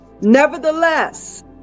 Nevertheless